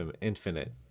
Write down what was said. infinite